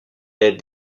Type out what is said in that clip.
est